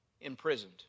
imprisoned